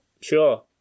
Sure